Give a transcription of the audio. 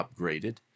upgraded